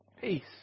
peace